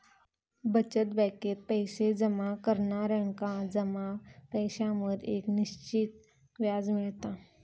बचत बॅकेत पैशे जमा करणार्यांका जमा पैशांवर एक निश्चित व्याज मिळता